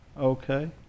okay